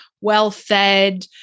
well-fed